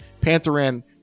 Pantheran